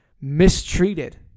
mistreated